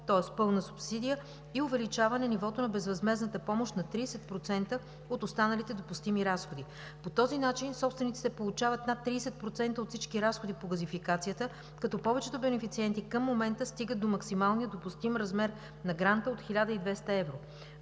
тоест пълна субсидия, и увеличаване нивото на безвъзмездната помощ на 30% от останалите допустими разходи. По този начин собствениците получават над 30% от всички разходи по газификацията, като повечето бенефициенти към момента стигат до максималния допустим размер на гранта от 1200 евро.